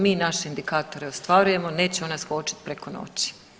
Mi naše indikatore ostvarujemo, neće ona skočiti preko noći.